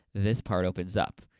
this part opens up.